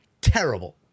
terrible